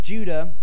Judah